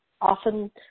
often